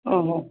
ಹ್ಞೂ ಹ್ಞೂ